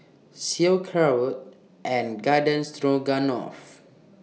Sauerkraut and Garden Stroganoff